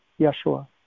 Yeshua